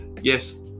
yes